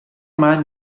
men